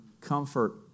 Comfort